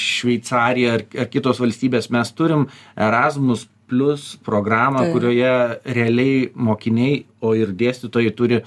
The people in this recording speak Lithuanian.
šveicarija ar ar kitos valstybės mes turim erasmus plius programą kurioje realiai mokiniai o ir dėstytojai turi